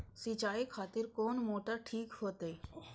सीचाई खातिर कोन मोटर ठीक होते?